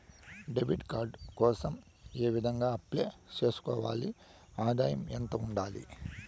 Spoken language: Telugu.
డెబిట్ కార్డు కోసం ఏ విధంగా అప్లై సేసుకోవాలి? ఆదాయం ఎంత ఉండాలి?